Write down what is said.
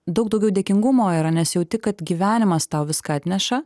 daug daugiau dėkingumo yra nes jauti kad gyvenimas tau viską atneša